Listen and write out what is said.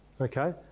okay